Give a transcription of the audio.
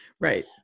Right